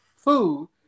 Food